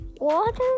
water